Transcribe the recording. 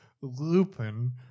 Lupin